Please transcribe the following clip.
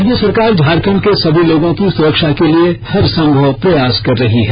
राज्य सरकार झारखंड के सभी लोगों की सुरक्षा के लिये हर संभव प्रयास कर रही है